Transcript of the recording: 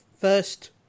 first